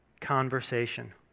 conversation